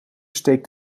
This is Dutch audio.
steekt